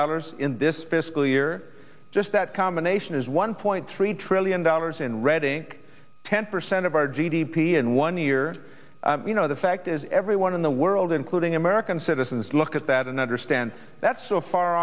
dollars in this fiscal year just that combination is one point three trillion dollars in red ink ten percent of our g d p and one year you know the fact is everyone in the world including american citizens look at that and understand that so far